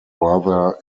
brother